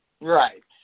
Right